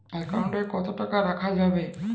Account কত টাকা রাখা যাবে?